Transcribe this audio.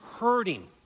hurting